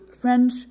French